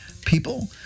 People